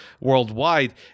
worldwide